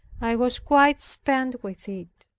i was quite spent with it.